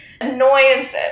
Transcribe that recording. annoyances